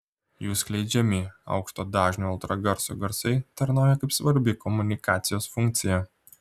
jų skleidžiami aukšto dažnio ultragarso garsai tarnauja kaip svarbi komunikacijos funkcija